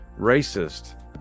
racist